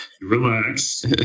relax